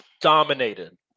dominated